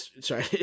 Sorry